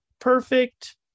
perfect